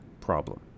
problem